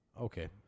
Okay